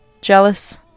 jealous